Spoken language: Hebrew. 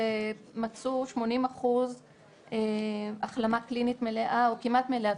מצאו ב-80 אחוז החלמה קלינית מלאה או כמעט מלאה,